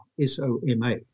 S-O-M-A